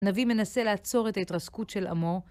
הנביא מנסה לעצור את ההתרסקות של עמו.